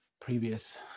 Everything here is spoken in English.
previous